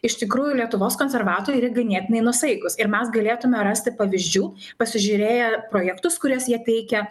iš tikrųjų lietuvos konservatoriai ganėtinai nuosaikūs ir mes galėtumėme rasti pavyzdžių pasižiūrėję projektus kuriuos jie teikia